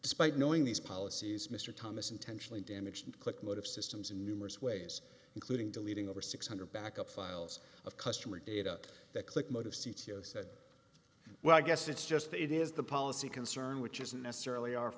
despite knowing these policies mr thomas intentionally damaged click motive systems in numerous ways including deleting over six hundred dollars backup files of customer data that click motive c t o said well i guess it's just that it is the policy concern which isn't necessarily our